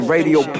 Radio